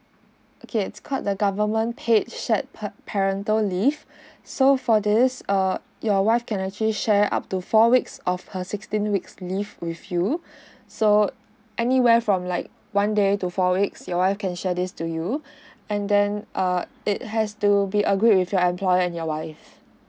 okay it's called the government paid shared pat parental leave so for this err your wife can actually share up to four weeks of her sixteen weeks leave with you so anywhere from like one day to four weeks your wife can share this to you and then err it has do be agreed with your employer and your wife